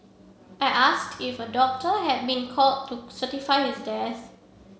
I asked if a doctor had been called to certify his death